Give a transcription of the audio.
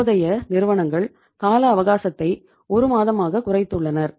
இப்போதைய நிறுவனங்கள் கால அவகாசத்தை ஒருமாதமாக குறைத்துள்ளனர்